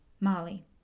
Molly